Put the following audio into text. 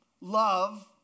Love